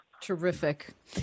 Terrific